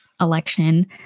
election